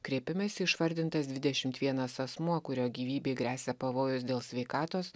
kreipimesi išvardintas dvidešimt vienas asmuo kurio gyvybei gresia pavojus dėl sveikatos